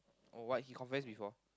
oh what he confess before